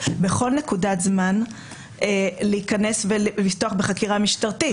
בכל נקודת זמן להיכנס ולפתוח בחקירה משטרתית.